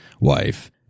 wife